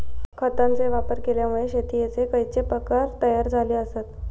खतांचे वापर केल्यामुळे शेतीयेचे खैचे प्रकार तयार झाले आसत?